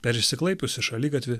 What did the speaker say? per išsiklaipiusį šaligatvį